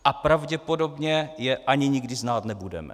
A pravděpodobně je ani nikdy znát nebudeme.